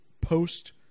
post